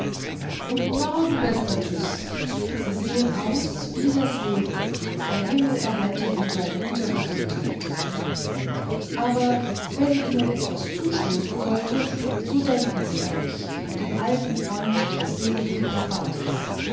guten morgen bester tyß sie sehen aus wie das leben der himmel erhalte sie bei guter gesundheit aber wenn ihnen was zustoßen sollte so denken sie an mich an den alten freund ihres seligen herrn vaters